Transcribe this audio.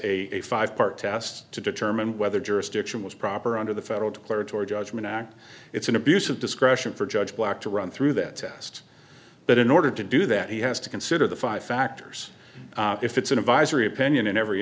a five part test to determine whether jurisdiction was proper under the federal declaratory judgment act it's an abuse of discretion for judge black to run through that test but in order to do that he has to consider the five factors if it's an advisory opinion in every